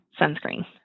sunscreen